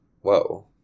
whoa